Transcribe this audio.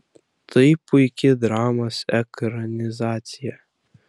tai puiki dramos ekranizacija